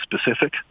specific